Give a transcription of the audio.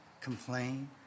complain